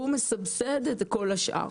והוא מסבסד את כל השאר.